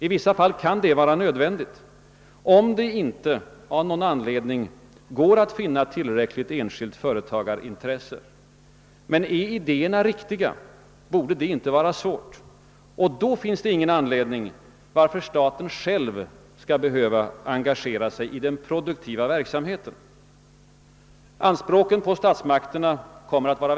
I vissa fall kan det vara nödvändigt om det av någon anledning inte går att finna tillräckligt enskilt företagarintresse. Men är idéerna riktiga borde det inte vara svårt, och då finns det ingen anledning till att staten engagerar sig i den produktiva verksamheten. Anspråken på statsmakterna kommer att växa.